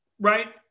right